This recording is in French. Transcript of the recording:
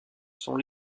sont